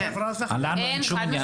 לנו אין עניין.